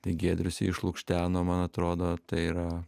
tai giedrius jį išlukšteno man atrodo tai yra